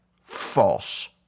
false